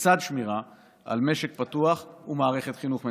לצד שמירה על משק פתוח ומערכת חינוך מתפקדת.